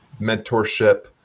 mentorship